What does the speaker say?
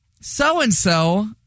so-and-so